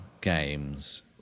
games